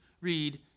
read